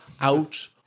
out